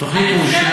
התוכנית מאושרת,